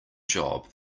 job